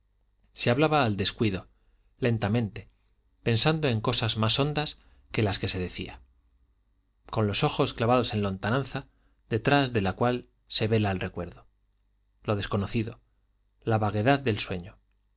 se hablaba al descuido lentamente pensando en cosas más hondas que las que se decía con los ojos clavados en la lontananza detrás de la cual se vela el recuerdo lo desconocido la vaguedad del sueño se